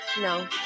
no